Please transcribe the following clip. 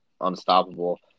unstoppable